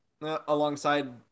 alongside